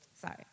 Sorry